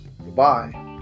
Goodbye